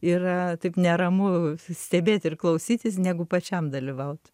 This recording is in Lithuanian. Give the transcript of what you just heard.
yra taip neramu stebėt ir klausytis negu pačiam dalyvaut